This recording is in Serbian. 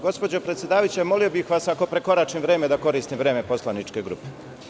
Gospođo predsedavajuća, molio bih vas, ako prekoračim vreme da koristim vreme poslaničke grupe.